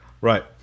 Right